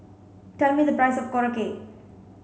tell me the price of Korokke